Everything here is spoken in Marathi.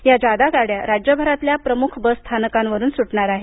या जादा गाड्या राज्यभरातल्या प्रमुख बसस्थानकावरून सुटणार आहेत